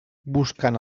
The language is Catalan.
buscant